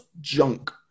junk